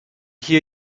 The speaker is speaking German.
hier